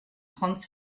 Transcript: trente